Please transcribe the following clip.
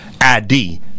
ID